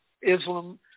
Islam